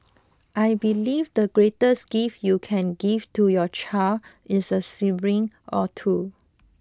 I believe the greatest gift you can give to your child is a sibling or two